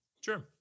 Sure